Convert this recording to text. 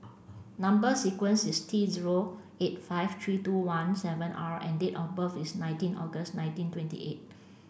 number sequence is T zero eight five three twenty one seven R and date of birth is nineteen August nineteen twenty eight